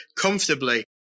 comfortably